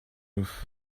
roof